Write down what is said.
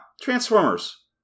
Transformers